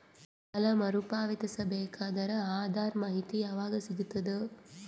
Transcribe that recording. ಸಾಲ ಮರು ಪಾವತಿಸಬೇಕಾದರ ಅದರ್ ಮಾಹಿತಿ ಯವಾಗ ಸಿಗತದ?